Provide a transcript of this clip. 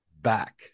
back